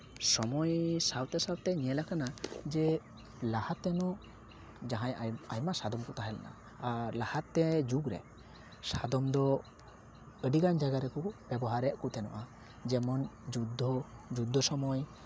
ᱥᱚᱢᱚᱭ ᱥᱟᱶᱛᱮ ᱥᱟᱶᱛᱮ ᱧᱮᱞ ᱠᱟᱱᱟ ᱡᱮ ᱞᱟᱦᱟ ᱛᱮᱫᱚ ᱡᱟᱦᱟᱸᱭ ᱟᱭᱢᱟ ᱥᱟᱫᱚᱢ ᱠᱚ ᱛᱟᱦᱮᱸ ᱞᱮᱱᱟ ᱟᱨ ᱞᱟᱦᱟᱛᱮ ᱡᱩᱜᱽ ᱨᱮ ᱥᱟᱫᱚᱢ ᱫᱚ ᱟᱹᱰᱤᱜᱟᱱ ᱡᱟᱭᱜᱟ ᱨᱮᱠᱚ ᱵᱮᱵᱚᱦᱟᱨᱮᱫ ᱠᱚ ᱛᱟᱦᱮᱱᱟ ᱡᱮᱢᱚᱱ ᱡᱩᱫᱽᱫᱷᱚ ᱡᱩᱫᱽᱫᱷᱚ ᱥᱚᱢᱚᱭ